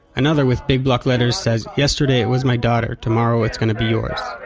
another, with big block letters says yesterday it was my daughter, tomorrow it's gonna be your's.